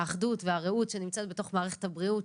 האחדות והרעות שנמצאות בתוך מערכת הבריאות,